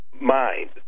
mind